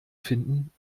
finden